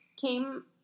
came